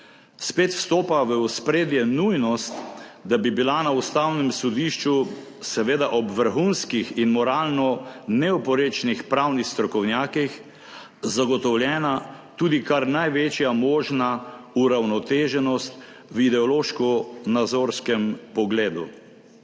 spet stopa v ospredje nujnost, da bi bila na Ustavnem sodišču, seveda ob vrhunskih in moralno neoporečnih pravnih strokovnjakih, zagotovljena tudi kar največja možna uravnoteženost v ideološko-nazorskem pogledu.